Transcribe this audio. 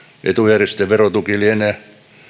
etujärjestöjen verotuki lienee